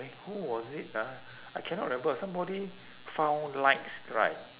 eh who was it ah I cannot remember somebody found lights right